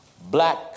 black